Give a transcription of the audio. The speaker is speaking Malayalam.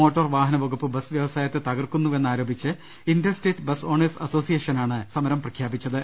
മോട്ടോർ വാഹന വകുപ്പ് ബസ് വൃവസായത്തെ തകർക്കുന്നുവെ ന്നാരോപിച്ച് ഇന്റർ സ്റ്റേറ്റ് ബസ് ഓണേഴ്സ് അസോസിയേഷനാണ് സമരം പ്രഖ്യാ പിച്ചത്